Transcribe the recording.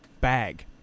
bag